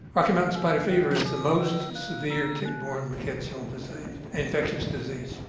rocky mountain spotted fever is the most severe tick-borne rickettsial disease infectious disease.